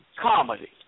comedy